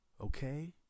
Okay